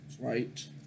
Right